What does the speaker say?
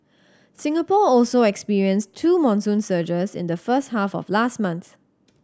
Singapore also experienced two monsoon surges in the first half of last month